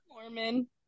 Mormon